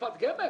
קופת גמל?